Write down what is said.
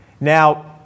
Now